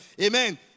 Amen